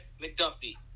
McDuffie